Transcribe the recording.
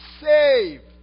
saved